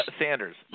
Sanders